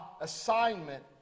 assignment